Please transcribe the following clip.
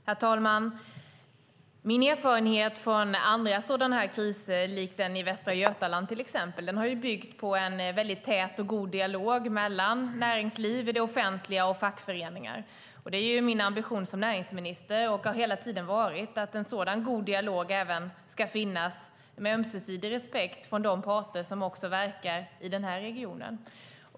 Herr talman! Min erfarenhet från andra sådana här kriser, den i Västra Götaland till exempel, har byggt på en väldigt tät och god dialog mellan näringsliv, det offentliga och fackföreningar. Det är och har hela tiden varit min ambition som näringsminister att en sådan god dialog med ömsesidig respekt även ska finnas mellan de parter som verkar i denna region.